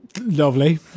lovely